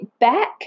back